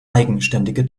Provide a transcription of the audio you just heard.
eigenständige